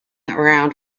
around